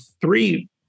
three